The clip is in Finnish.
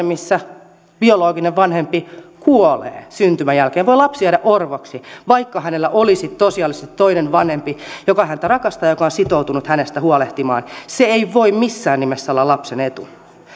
missä biologinen vanhempi kuolee syntymän jälkeen voi lapsi jäädä orvoksi vaikka hänellä olisi tosiasiallisesti toinen vanhempi joka häntä rakastaa ja joka on sitoutunut hänestä huolehtimaan se ei voi missään nimessä olla lapsen etu